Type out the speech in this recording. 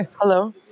Hello